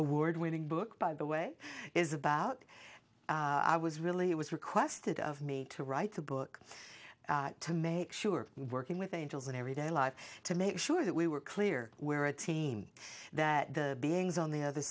award winning book by the way is about i was really it was requested of me to write the book to make sure working with angels in everyday life to make sure that we were clear we're a team that the beings on the other